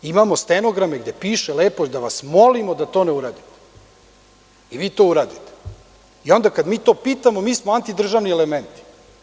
Imamo stenograme gde piše lepo da vas molimo da to ne uradite i vi to uradite i onda kada mi to pitamo, mi smo antidržavni element.